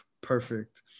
perfect